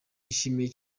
yishimiye